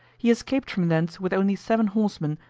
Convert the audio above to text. he escaped from thence with only seven horsemen,